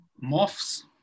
Moths